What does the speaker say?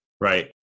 right